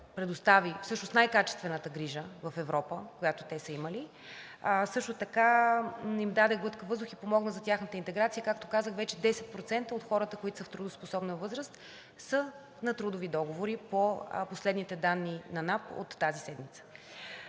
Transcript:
предостави всъщност най-качествената грижа в Европа, която те са имали, също така им даде глътка въздух и помогна за тяхната интеграция – както казах, вече 10% от хората, които са в трудоспособна възраст, са на трудови договори по последните данни на НАП от тази седмица.